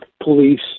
police